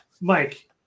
Mike